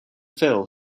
phil